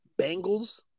Bengals